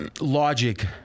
logic